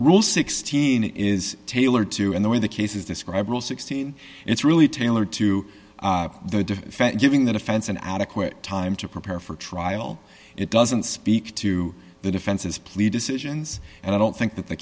rule sixteen is tailored to in the way the cases describe rule sixteen it's really tailored to the defense giving the defense an adequate time to prepare for trial it doesn't speak to the defense's plead to citizens and i don't think that the